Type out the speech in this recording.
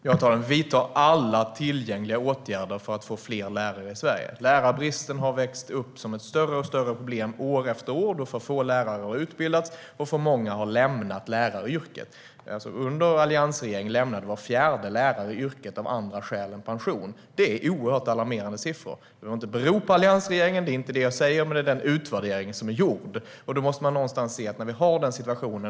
Herr talman! Jag vidtar alla tillgängliga åtgärder för att få fler lärare i Sverige. Lärarbristen har växt till ett större och större problem år efter år då för få lärare har utbildats och för många har lämnat läraryrket. Under alliansregeringens tid lämnade var fjärde lärare yrket av andra skäl än pension. Det är oerhört alarmerande siffror. Jag säger inte att det beror på alliansregeringen, men det är denna utvärdering som är gjord. Då måste man någonstans se att vi har denna situation.